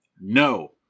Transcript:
No